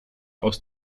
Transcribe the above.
aus